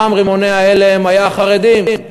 פעם רימוני ההלם היו החרדים,